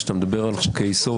כשאתה מדבר על חוקי-יסוד,